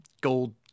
gold